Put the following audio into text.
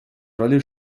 rolle